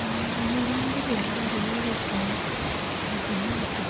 आनी तेजो रंग सुद्दां आजुनूय वचूंक ना आजुनी आसा